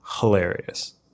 hilarious